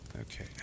Okay